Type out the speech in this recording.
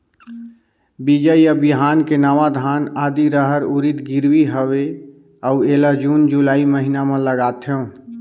बीजा या बिहान के नवा धान, आदी, रहर, उरीद गिरवी हवे अउ एला जून जुलाई महीना म लगाथेव?